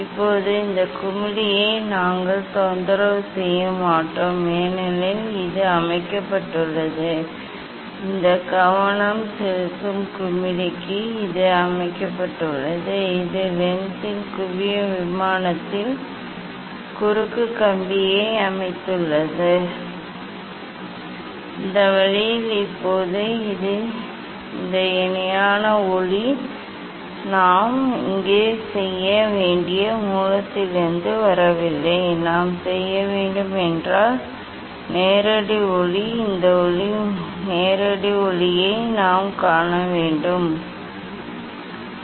இப்போது இந்த குமிழியை நாங்கள் தொந்தரவு செய்ய மாட்டோம் ஏனெனில் இது அமைக்கப்பட்டுள்ளது இந்த கவனம் செலுத்தும் குமிழிக்கு இது அமைக்கப்பட்டுள்ளது இந்த லென்ஸின் குவிய விமானத்தில் குறுக்கு கம்பியை அமைத்துள்ளோம் இந்த வழியில் இப்போது இந்த இணையான ஒளி நாம் இங்கே செய்ய வேண்டிய மூலத்திலிருந்து வரவில்லை நாம் செய்ய வேண்டும் இதை நாம் இப்போது பார்க்க வேண்டும் நேரடி ஒளி இந்த நேரடி ஒளியை நாம் காண வேண்டும் அது இல்லை என்பதால் இந்த மூலமானது முடிவிலியில் இல்லை ஆனால் மிக தொலைதூர இடத்தில் இல்லை